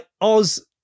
Oz